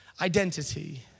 identity